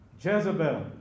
Jezebel